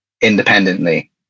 independently